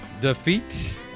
defeat